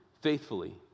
faithfully